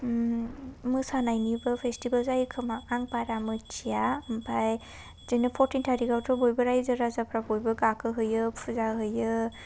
मोसानायनिबो festival जायो खोमा आं बारा मोन्थिया ओमफ्राय बिदिनो फरटिन टार्टिन आवथ' बयबो रायजो राजाफ्रा बयबो गाखो हैयो फुजा हैयो